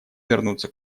вернуться